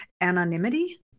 anonymity